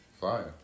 Fire